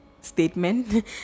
statement